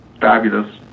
fabulous